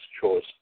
choice